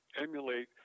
emulate